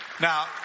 Now